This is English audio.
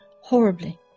horribly